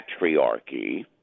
patriarchy